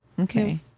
Okay